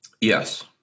Yes